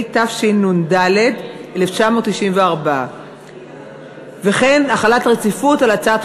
התשנ"ד 1994. החלת דין רציפות על הצעת